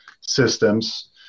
systems